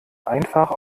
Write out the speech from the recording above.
einfach